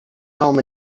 home